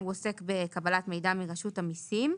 עוסק בקבלת מידע מרשות המסים.